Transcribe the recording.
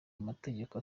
amategeko